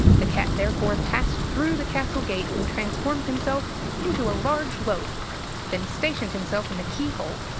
the cat therefore passed through the castle gate, and transformed himself into a large loaf then stationed himself in the key-hole,